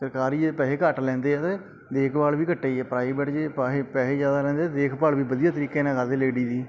ਸਰਕਾਰੀ ਜੇ ਪੈਸੇ ਘੱਟ ਲੈਂਦੇ ਆ ਅਤੇ ਦੇਖਭਾਲ ਵੀ ਘੱਟ ਹੀ ਆ ਪ੍ਰਾਈਵੇਟ ਜੇ ਫਾਹੇ ਪੈਸੇ ਜ਼ਿਆਦਾ ਲੈਂਦੇ ਦੇਖਭਾਲ ਵੀ ਵਧੀਆ ਤਰੀਕੇ ਨਾਲ ਕਰਦੇ ਲੇਡੀਜ਼ ਦੀ